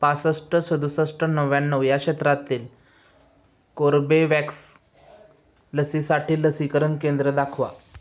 पासष्ट सदुसष्ट नव्याण्णव या शेत्रातील कोर्बेवॅक्स लसीसाठी लसीकरण केंद्र दाखवा